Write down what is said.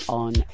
on